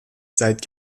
seit